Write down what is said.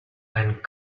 and